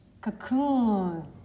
Cocoon